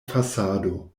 fasado